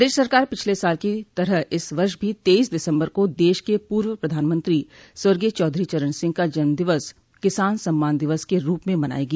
प्रदेश सरकार पिछले साल की तरह इस वर्ष भी तेईस दिसम्बर को दश के पूर्व प्रधानमंत्री स्वर्गीय चौधरी चरण सिंह का जन्मदिवस किसान सम्मान दिवस के रूप में मनायेगी